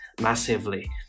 massively